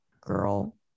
girl